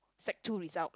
sec two result